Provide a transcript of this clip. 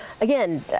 again